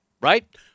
Right